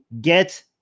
get